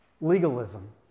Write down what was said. legalism